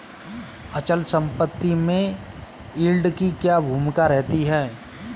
अचल संपत्ति में यील्ड की क्या भूमिका रहती है?